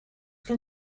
gen